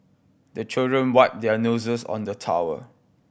the children wipe their noses on the towel